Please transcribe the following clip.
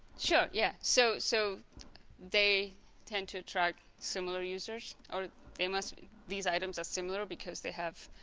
sure yeah so so they tend to attract similar users or they must. these items are similar because they have